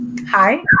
Hi